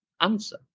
answer